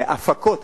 להפקות.